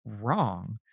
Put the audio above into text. wrong